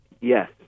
Yes